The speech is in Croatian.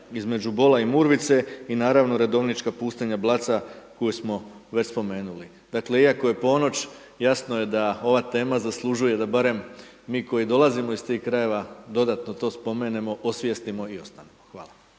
između Bola i Murvice, i naravno redovnička pustinja Blaca koju smo već spomenuli. Dakle, iako je ponoć, jasno je da ova tema zaslužuje da barem mi koji dolazimo iz tih krajeva dodatno to spomenemo, osvijestimo i ostalima. Hvala.